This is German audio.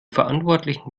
verantwortlichen